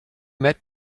met